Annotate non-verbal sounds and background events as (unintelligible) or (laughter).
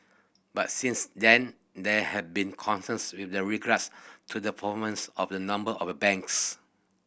but since then there have been concerns with the (unintelligible) to the performance of a number of banks